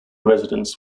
residents